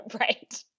Right